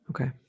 Okay